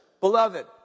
Beloved